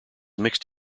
mixed